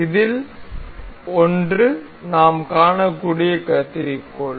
இதில் ஒன்று நாம் காணக்கூடிய கத்தரிக்கோல்